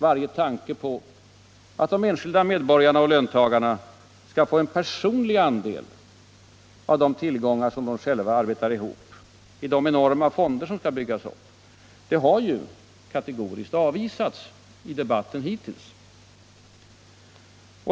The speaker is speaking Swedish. Varje tanke på att de enskilda medborgarna och löntagarna skall få en personlig andel av de tillgångar de själva arbetar ihop — i de enorma fonder som skall byggas upp — har ju kategoriskt avvisats i debatten hittills.